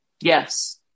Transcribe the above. Yes